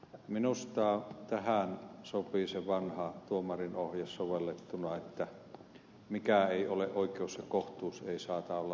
minusta tähän sopii se vanha tuomarinohje sovellettuna että mikä ei ole oikeus ja kohtuus ei saata olla lakikaan